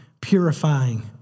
purifying